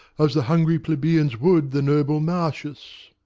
as the hungry plebeians would the noble marcius.